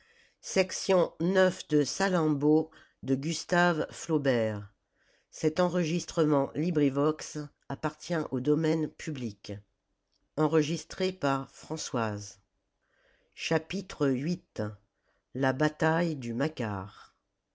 voici la bataille du